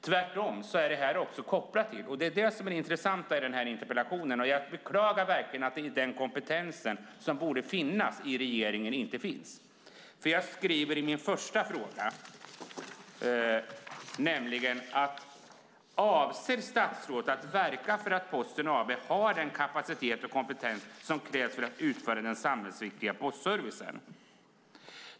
Jag skriver i min första fråga: "Avser statsrådet att verka för att Posten AB har den kapacitet och kompetens som krävs för att utföra den samhällsviktiga postservicen?" Det är det som är det intressanta i den här interpellationen, och jag beklagar verkligen att den kompetens som borde finnas i regeringen inte finns.